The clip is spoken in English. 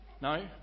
No